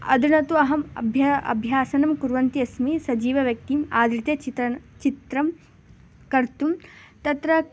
अधुना तु अहम् अभ्यासम् अभ्यासनं कुर्वन्ती अस्मि सजीवव्यक्तिम् आधृत्य चित्रणं चित्रं कर्तुं तत्र